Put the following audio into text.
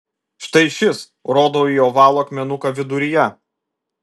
štai šis rodau į ovalų akmenuką viduryje